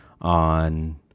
on